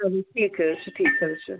چلو ٹھیٖک حظ چھُ ٹھیٖک حظ چھُ